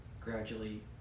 gradually